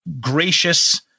gracious